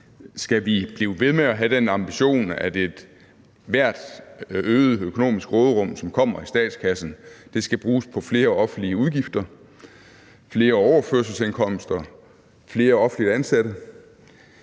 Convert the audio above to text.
Skal vi blive ved med at have den ambition, at ethvert økonomisk råderum, som kommer i statskassen, skal bruges på flere offentlige udgifter, flere overførselsindkomster, flere offentligt ansatte,